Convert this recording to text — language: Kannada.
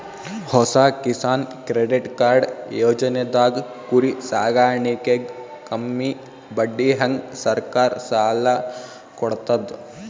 ಹೊಸ ಕಿಸಾನ್ ಕ್ರೆಡಿಟ್ ಕಾರ್ಡ್ ಯೋಜನೆದಾಗ್ ಕುರಿ ಸಾಕಾಣಿಕೆಗ್ ಕಮ್ಮಿ ಬಡ್ಡಿಹಂಗ್ ಸರ್ಕಾರ್ ಸಾಲ ಕೊಡ್ತದ್